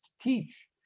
teach